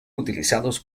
utilizados